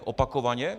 Opakovaně?